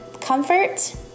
comfort